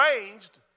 arranged